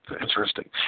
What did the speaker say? Interesting